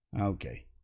Okay